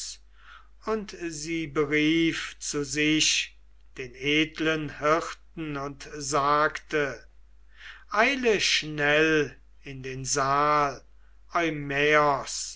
und sie berief zu sich den edlen hirten und sagte eile schnell in den saal